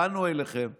באנו אליכם ואמרנו: